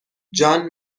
جان